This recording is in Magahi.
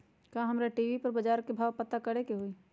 का हमरा टी.वी पर बजार के भाव पता करे के होई?